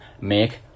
Make